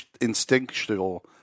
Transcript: instinctual